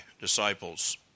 disciples